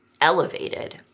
elevated